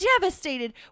devastated